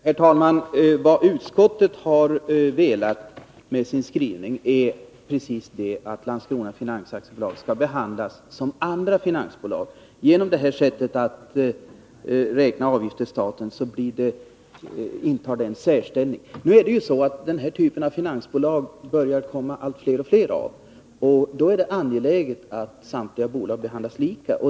Herr talman! Vad utskottet velat med sin skrivning är precis det att Landskrona Finans AB skall behandlas som andra finansbolag. Genom det här sättet att räkna avgift till staten intar det en särställning. Nu är det så att det börjar bli allt fler av den här typen av finansbolag. Då är det angeläget att samtliga bolag behandlas lika.